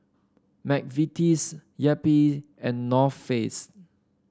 McVitie's Yupi and North Face